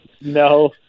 No